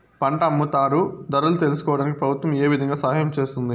పంట అమ్ముతారు ధరలు తెలుసుకోవడానికి ప్రభుత్వం ఏ విధంగా సహాయం చేస్తుంది?